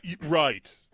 Right